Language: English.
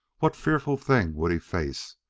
what fearful thing would he face?